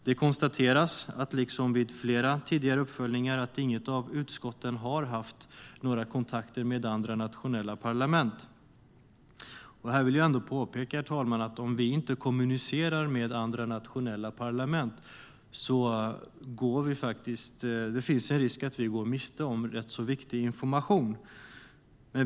Det konstateras, liksom vid flera tidigare uppföljningar, att inget av utskotten har haft några kontakter med andra nationella parlament. Här vill jag ändå påpeka, herr talman, att det om vi inte kommunicerar med andra nationella parlament faktiskt finns risk att vi går miste om rätt så viktig information.